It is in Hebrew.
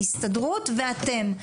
ההסתדרות ואתם.